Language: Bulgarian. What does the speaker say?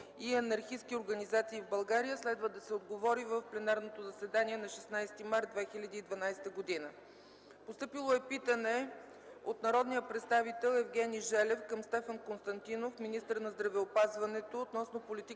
и анархистки организации в България. Следва да се отговори в пленарното заседание на 16 март 2012 г. Постъпило е питане от народния представител Евгений Желев към Стефан Константинов, министър на здравеопазването, относно политиката